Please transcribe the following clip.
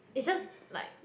it's just like